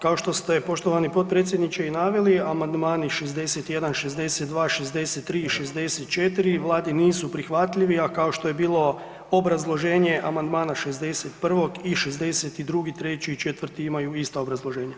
Pa kao što ste poštovani potpredsjedniče i naveli, amandmani 61., 62., 63. i 64. vladi nisu prihvatljivi, a kao što je bilo obrazloženje amandmana 61. i 62., '3. i '4. imaju ista obrazloženja.